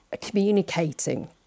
communicating